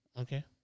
Okay